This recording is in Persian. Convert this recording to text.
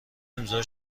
امضا